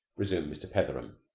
resumed mr. petheram,